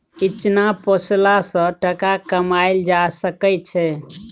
इचना पोसला सँ टका कमाएल जा सकै छै